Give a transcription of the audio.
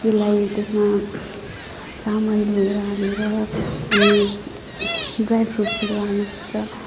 केलाई त्यसमा चामल धोएर हालेर अनि ड्राई फ्रुट्सहरू हाल्नुपर्छ